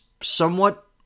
somewhat